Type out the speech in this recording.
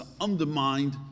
undermined